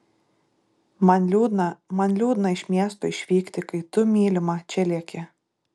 man liūdna man liūdna iš miesto išvykti kai tu mylima čia lieki